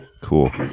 Cool